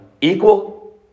equal